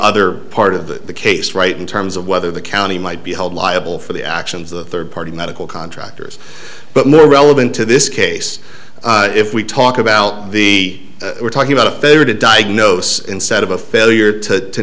other part of the case right in terms of whether the county might be held liable for the actions of a third party medical contractors but more relevant to this case if we talk about the we're talking about a failure to diagnose instead of a failure to